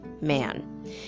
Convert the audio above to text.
man